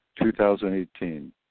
2018